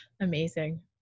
Amazing